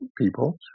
people